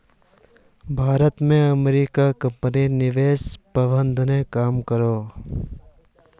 भारत में अमेरिकी ला कम्पनी निवेश प्रबंधनेर काम करोह